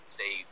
say